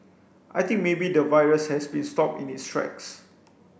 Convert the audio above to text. I think maybe the virus has been stopped in its tracks